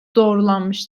doğrulanmış